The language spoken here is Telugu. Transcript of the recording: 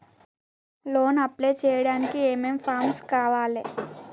లోన్ అప్లై చేయడానికి ఏం ఏం ఫామ్స్ కావాలే?